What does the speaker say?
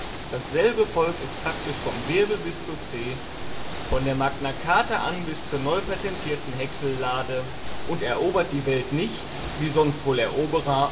dasselbe volk ist praktisch vom wirbel bis zur zeh von der magna charta an bis zur neupatentierten häcksellade und erobert die welt nicht wie sonst wohl eroberer